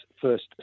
first